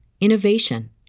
innovation